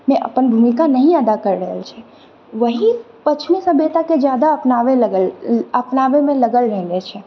मे अपन भूमिका नहि अदा करि रहल छै ओएह पश्चिमी सभ्यताके जादा अपनाबै लागल अपनाबैमे लागल रहलै छै